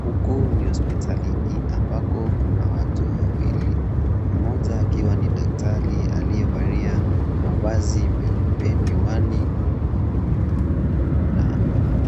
Huku ni hospitalini ambako kuna watu wawili. Mmoja akiwa ni daktari aliyevalia mavazi meupe, miwani na